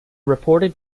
reported